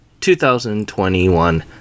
2021